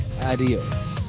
Adios